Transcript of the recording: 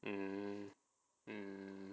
mm mm